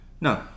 No